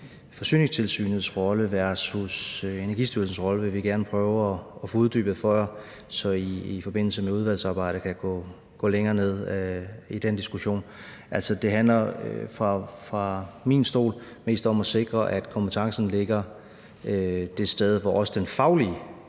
Forsyningstilsynets rolle versus Energistyrelsens rolle, vil vi gerne prøve at få uddybet for jer, så I i forbindelse med udvalgsarbejdet kan gå længere ned i den diskussion. Altså, det handler set fra min stol mest om at sikre, at den formelle kompetence ligger det sted, hvor også den faglige